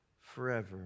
forever